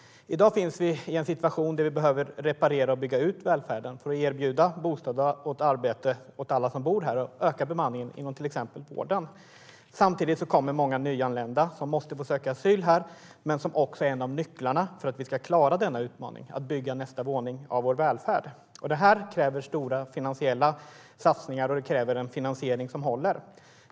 I dag är vi i en situation där vi behöver reparera och bygga ut välfärden för att erbjuda bostad och arbete åt alla som bor här och öka bemanningen inom till exempel vården. Samtidigt kommer många nyanlända som måste få söka asyl här men som också är en av nycklarna för att vi ska klara utmaningen att bygga nästa våning av vår välfärd. Det här kräver stora finansiella satsningar och en finansiering som håller.